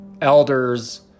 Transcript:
elders